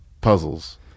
puzzles